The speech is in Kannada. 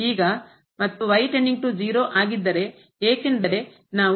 ಮತ್ತು ಈಗ ಆಗಿದ್ದರೆ ಏಕೆಂದರೆ ನಾವು